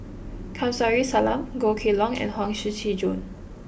Kamsari Salam Goh Kheng Long and Huang Shiqi Joan